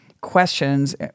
questions